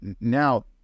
now